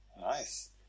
Nice